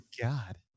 God